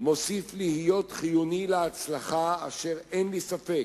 מוסיף להיות חיוני להצלחה, אשר, אין לי ספק,